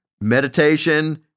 meditation